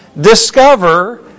discover